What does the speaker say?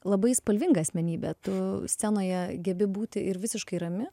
labai spalvinga asmenybė tu scenoje gebi būti ir visiškai rami